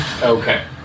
Okay